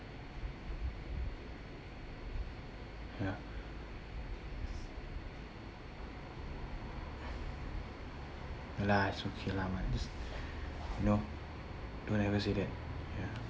ya !alah! it's okay lah ahmad just you know don't ever say that ya